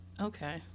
Okay